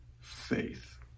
faith